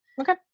Okay